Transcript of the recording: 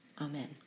Amen